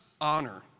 honor